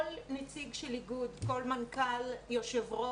כל נציג של איגוד, כל מנכ"ל, יושב-ראש,